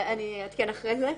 אני אעדכן אחרי זה.